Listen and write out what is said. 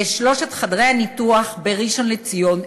ושלושת חדרי הניתוח בראשון-לציון,